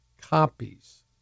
copies